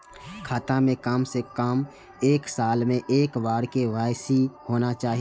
खाता में काम से कम एक साल में एक बार के.वाई.सी होना चाहि?